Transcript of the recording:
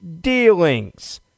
dealings